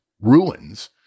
ruins